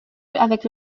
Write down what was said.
avec